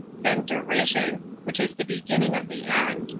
then derision, which is the beginning of the end.